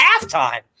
halftime